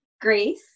Grace